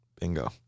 Bingo